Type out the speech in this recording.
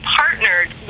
partnered